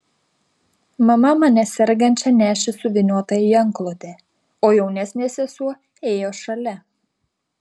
mama mane sergančią nešė suvyniotą į antklodę o jaunesnė sesuo ėjo šalia